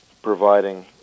providing